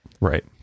Right